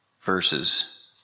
verses